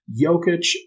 Jokic